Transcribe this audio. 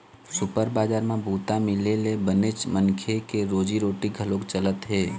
super बजार म बूता मिले ले बनेच मनखे के रोजी रोटी घलोक चलत हे